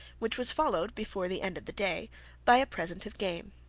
which was followed before the end of the day by a present of game.